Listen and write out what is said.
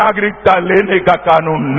नागरिकता लेने का कानून नहीं